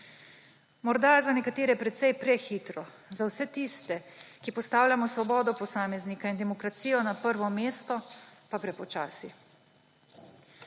Morda za nekatere precej prehitro, za vse tiste, ki postavljamo svobodo posameznika in demokracijo na prvo mesto, pa gre počasi.